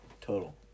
total